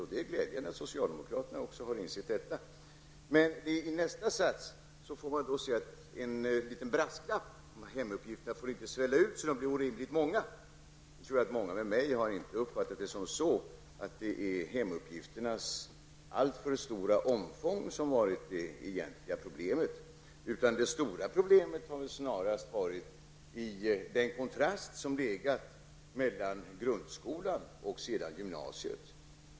Det är glädjande att också socialdemokraterna har insett detta. Men i nästa sats får man se en liten brasklapp om att hemuppgifterna inte får svälla ut och bli orimligt många. Jag, och många med mig, har nog inte uppfattat hemuppgifternas alltför stora omfång som det egentliga problemet. Det stora problemet har väl snarast varit kontrasten mellan grundskolan och gymnasiet.